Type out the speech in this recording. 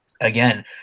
again